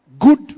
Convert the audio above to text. good